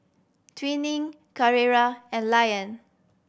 Twining Carrera and Lion